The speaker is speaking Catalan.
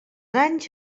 anys